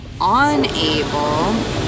unable